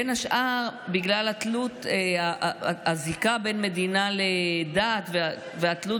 בין השאר בגלל הזיקה של המדינה לדת והתלות